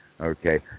Okay